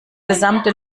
gesamte